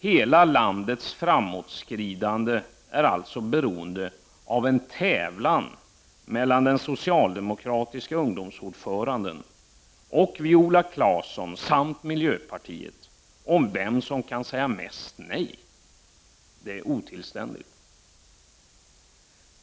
Hela landets framåtskridande är alltså beroende av en tävlan mellan den socialdemokratiska ungdomsordföranden och Viola Claesson, samt miljöpartiet om vem som kan säga mest nej. Det är otillständigt.